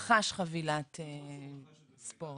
הוא לא יכול להגיע למגרש ולראות את זה באצטדיון עצמו,